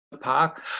park